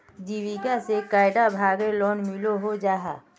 जीविका से कैडा भागेर लोन मिलोहो जाहा?